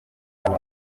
abana